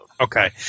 Okay